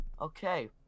Okay